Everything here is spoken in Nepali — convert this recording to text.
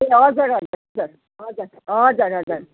ए हजुर हजुर हजुर हजुर हजुर